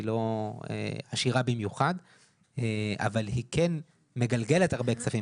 היא לא עשירה במיוחד אבל היא כן מגלגלת הרבה כספים.